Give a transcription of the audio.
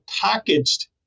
packaged